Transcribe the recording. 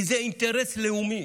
כי זה אינטרס לאומי.